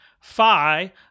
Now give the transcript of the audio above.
Phi